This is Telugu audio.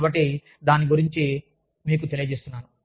కాబట్టి దాని గురించి నేను మీకు తెలియజేస్తున్నాను